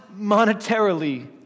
monetarily